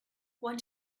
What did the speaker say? want